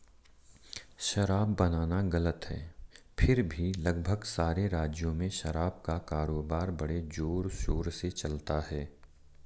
शराब बनाना गलत है फिर भी लगभग सारे राज्यों में शराब का कारोबार बड़े जोरशोर से चलता है